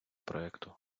проекту